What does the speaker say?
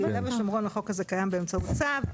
ביהודה ושומרון החוק הזה קיים באמצעות צו,